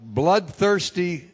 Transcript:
bloodthirsty